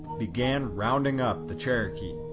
began rounding up the cherokee.